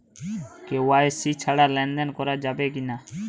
KYC ছাড়া লেনদেন করা যাবে কিনা?